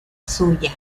suya